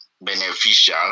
beneficial